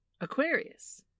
Aquarius